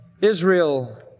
Israel